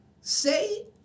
Say